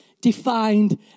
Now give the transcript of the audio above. defined